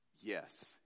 Yes